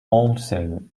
also